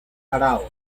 aráoz